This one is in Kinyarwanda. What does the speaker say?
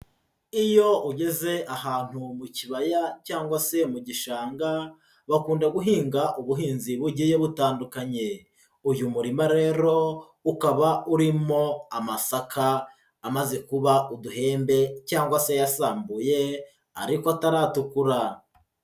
Iyo ugeze ahantu mu kibaya cyangwa se mu gishanga, bakunda guhinga ubuhinzi bugiye butandukanye, uyu murima rero ukaba urimo amasaka amaze kuba uduhembe cyangwa se yasambuye, ariko ataratukura.